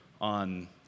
on